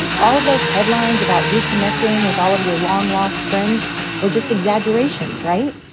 all of those headlines about reconnecting with all of your long lost friends were just exaggerations, right?